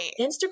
Instagram